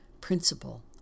principle